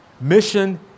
Mission